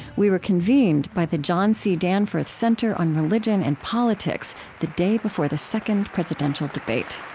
we were convened by the john c. danforth center on religion and politics the day before the second presidential debate